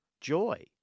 joy